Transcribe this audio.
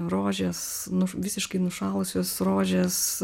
rožės visiškai nušalusios rožės